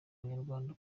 abanyarwanda